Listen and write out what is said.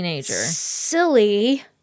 silly